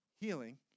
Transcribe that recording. healing